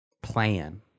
Plan